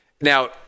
Now